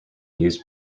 used